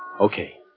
Okay